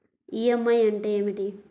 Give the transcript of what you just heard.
EMI అంటే ఏమిటి?